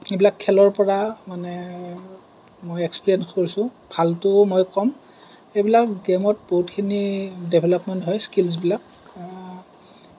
এইবিলাক খেলৰ পৰা মানে মই এক্সপেৰিয়েঞ্চ হৈছোঁ ভালটোও মই ক'ম এইবিলাক গেমত বহুতখিনি ডেভেলপমেন্ট হয় স্কিলছবিলাক